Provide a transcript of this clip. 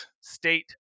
state